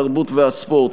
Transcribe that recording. התרבות והספורט,